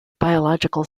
biological